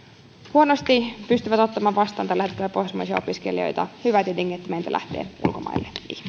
huonosti pystyvät ottamaan vastaan tällä hetkellä pohjoismaisia opiskelijoita hyvä tietenkin että meiltä lähtee ulkomaille